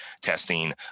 testing